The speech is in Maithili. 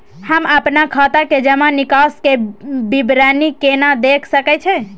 हम अपन खाता के जमा निकास के विवरणी केना देख सकै छी?